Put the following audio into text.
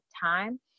time